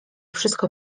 wszystko